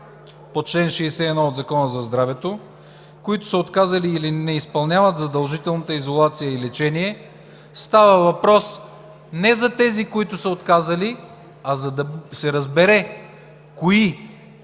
по чл. 61 от Закона за здравето, които са отказали или не изпълняват задължителната изолация и лечение, става въпрос не за тези, които са отказали, а за да се разбере кои